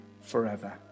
forever